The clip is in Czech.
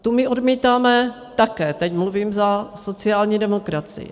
Tu my odmítáme také teď mluvím za sociální demokracii.